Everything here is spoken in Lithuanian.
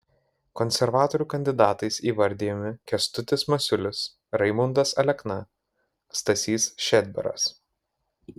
konservatorių kandidatais įvardijami kęstutis masiulis raimundas alekna stasys šedbaras